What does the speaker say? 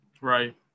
Right